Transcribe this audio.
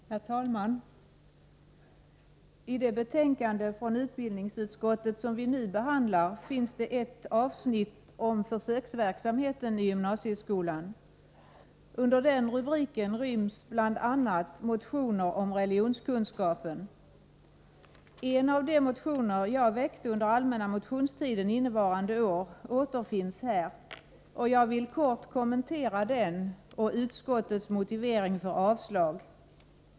Herr talman! I det betänkande från utbildningsutskottet som vi nu behandlar finns ett avsnitt om försöksverksamheten i gymnasieskolan. Under den rubriken ryms bl.a. motioner om religionskunskapen. En av de motioner jag väckte under den allmänna motionstiden innevarande år återfinns här, och jag vill kort kommentera den och utskottets motivering för sitt avstyrkande.